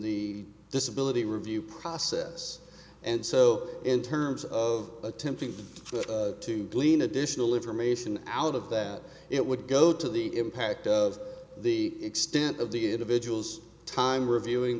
the disability review process and so in terms of attempting to glean additional information out of that it would go to the impact of the extent of the individual's time